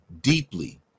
deeply